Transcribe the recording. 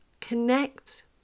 connect